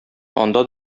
анда